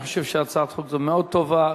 אני חושב שהצעת החוק מאוד טובה.